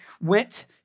went